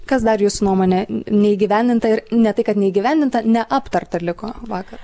kas dar jūsų nuomone neįgyvendinta ir ne tai kad neįgyvendinta neaptarta liko vakar